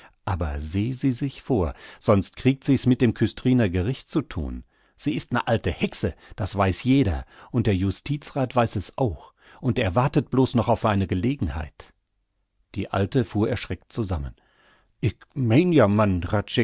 aber seh sie sich vor sonst kriegt sie's mit dem küstriner gericht zu thun sie ist ne alte hexe das weiß jeder und der justizrath weiß es auch und er wartet blos noch auf eine gelegenheit die alte fuhr erschreckt zusammen